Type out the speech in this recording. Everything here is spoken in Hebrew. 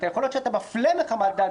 יכול להיות שמפלים מחמת דת,